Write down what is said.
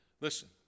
Listen